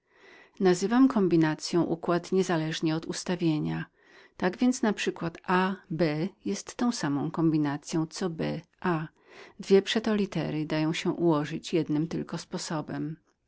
nazywam kombinacyą zebranie nie zaś przełożenie tak naprzyklad ab jest tą samą kombinacyą co ba dwie przeto litery dają się ułożyć jednym tylko sposobem